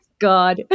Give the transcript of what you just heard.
God